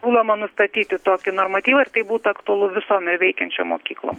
siūloma nustatyti tokį normatyvą ir tai būtų aktualu visom veikiančiam mokyklom